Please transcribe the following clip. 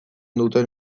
duten